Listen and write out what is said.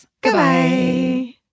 Goodbye